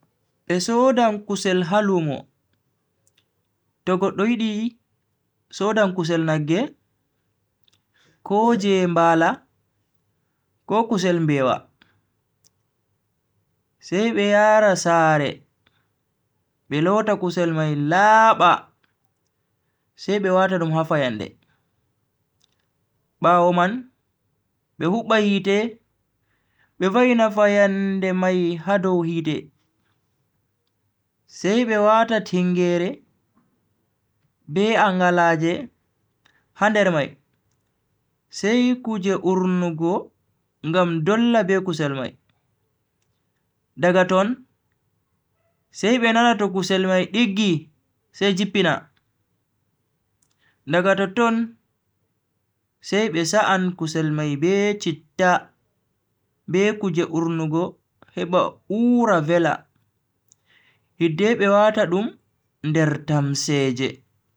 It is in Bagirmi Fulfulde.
Be sodan kusel ha lumo, to goddo yidi sodan kusel nagge, ko je mbala ko kusel mbewa. sai be yara sare be loota kusel mai laaba sai be wata dum ha fayande, bawo man be hubba hite be va'ina fayande mai ha dow hite, sai be wata tingeere be angalaaje ha nder mai sai kuje urnugo ngam dolla be kusel mai, daga ton sai be nana to kusel mai diggi sai jippina, daga totton sai Be sa'an kusel mai be chitta be kuje urnugo heba ura vela, hidde be wata dum nder tamseeje.